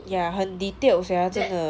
ya 很 detailed sia 真的